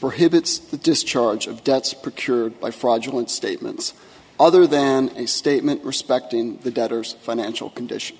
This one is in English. prohibits the discharge of debts procured by fraudulent statements other than a statement respecting the debtors financial condition